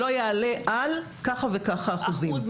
לא יעלה על כך וכך אחוזים.